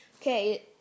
Okay